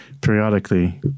periodically